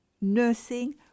nursing